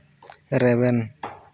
ᱨᱮᱵᱮᱱ